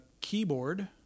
keyboard